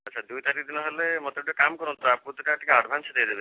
ଆଚ୍ଛା ଦୁଇ ତାରିଖ୍ ଦିନ ହେଲେ ମୋତେ ଗୁଟେ କାମ୍ କରନ୍ତୁ ଆଗତୁରା ଟିକେ ଆଡ଼ଭାନ୍ସ୍ ଦେଇଦେବେ